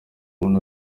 umuntu